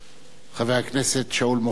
חבר הכנסת שאול מופז,